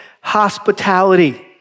hospitality